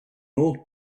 old